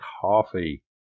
coffee